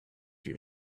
your